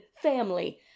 family